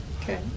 Okay